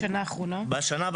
בשנה האחרונה?